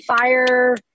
Fire